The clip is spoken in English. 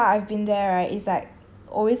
cause like so far I've been there right is like